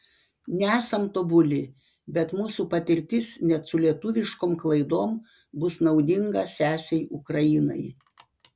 nesam tobuli bet mūsų patirtis net su lietuviškom klaidom bus naudinga sesei ukrainai